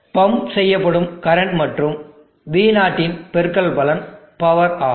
pump செய்யப்படும் current மற்றும் v0 இன் பெருக்கல் பலன் பவர் ஆகும்